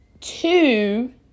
Two